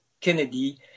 Kennedy